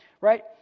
right